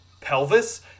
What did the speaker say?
pelvis